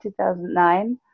2009